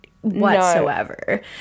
whatsoever